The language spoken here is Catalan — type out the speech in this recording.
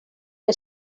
que